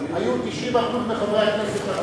היו 90% מחברי הכנסת,